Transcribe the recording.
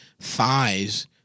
thighs